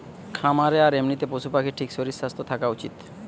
খামারে আর এমনিতে পশু পাখির ঠিক শরীর স্বাস্থ্য থাকা উচিত